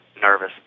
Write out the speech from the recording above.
nervous